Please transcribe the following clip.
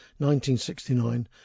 1969